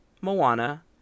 Moana